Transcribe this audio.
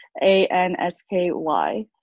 a-n-s-k-y